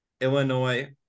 Illinois